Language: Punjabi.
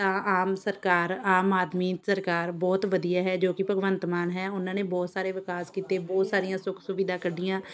ਤਾਂ ਆਮ ਸਰਕਾਰ ਆਮ ਆਦਮੀ ਸਰਕਾਰ ਬਹੁਤ ਵਧੀਆ ਹੈ ਜੋ ਕਿ ਭਗਵੰਤ ਮਾਨ ਹੈ ਉਹਨਾਂ ਨੇ ਬਹੁਤ ਸਾਰੇ ਵਿਕਾਸ ਕੀਤੇ ਬਹੁਤ ਸਾਰੀਆਂ ਸੁੱਖ ਸੁਵਿਧਾ ਕੱਢੀਆਂ